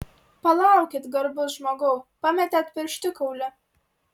palaukit garbus žmogau pametėt pirštikaulį